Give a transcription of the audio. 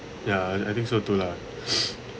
ya I I think so too lah